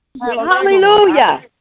Hallelujah